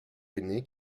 aînée